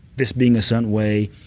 this being a certain way,